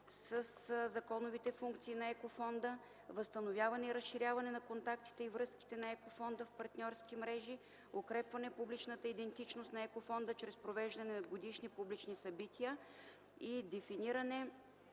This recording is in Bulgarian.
със законовите функции на Еко Фонда; - възстановяване и разширяване на контактите и връзките на Еко Фонда в партньорски мрежи; - укрепване публичната идентичност на Еко Фонда чрез провеждане на годишни публични събития и дефиниране